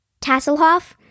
Tasselhoff